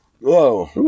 Whoa